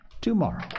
tomorrow